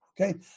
Okay